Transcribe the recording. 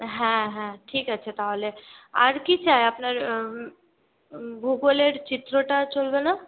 হ্যাঁ হ্যাঁ ঠিক আছে তাহলে আর কী চাই আপনার ভুগোলের চিত্রটা চলবে না